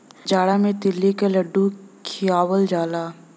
जाड़ा मे तिल्ली क लड्डू खियावल जाला